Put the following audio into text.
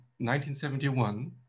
1971